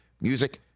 music